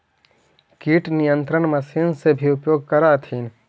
किट नियन्त्रण मशिन से भी उपयोग कर हखिन?